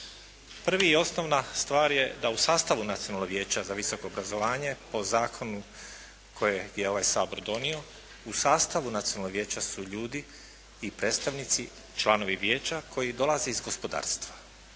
Prvi i osnovna stvar je da u sastavu Nacionalnog vijeća za visoko obrazovanje po zakonu kojeg je ovaj Sabor donio u sastavu Nacionalnog vijeća su ljudi i predstavnici, članovi Vijeća koji dolaze iz gospodarstva